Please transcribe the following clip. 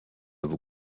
vous